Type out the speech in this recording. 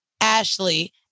Ashley